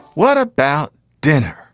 what about dinner